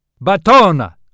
Batona